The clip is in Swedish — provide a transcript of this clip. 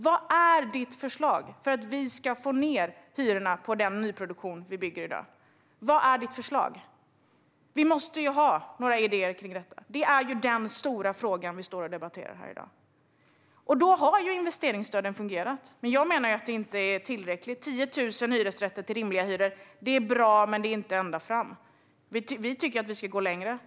Vad är ditt förslag för hur vi ska få ned hyrorna på den nyproduktion som vi bygger i dag? Vad är ditt förslag? Vi måste ha några idéer om detta. Det är den stora fråga som vi står här och debatterar i dag. Investeringsstöden har fungerat, men jag menar att det inte är tillräckligt. 10 000 hyresrätter med rimliga hyror är bra, men det når inte ända fram. Vi tycker att vi ska gå längre.